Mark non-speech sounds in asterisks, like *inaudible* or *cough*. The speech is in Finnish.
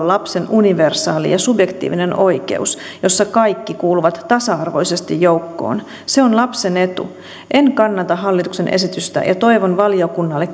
*unintelligible* lapsen universaali ja subjektiivinen oikeus jossa kaikki kuuluvat tasa arvoisesti joukkoon se on lapsen etu en kannata hallituksen esitystä ja toivon valiokunnalle *unintelligible*